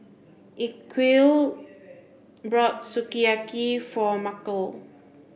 Ezequiel brought Sukiyaki for Markel